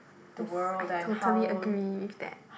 yes I totally agree with that